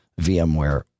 VMware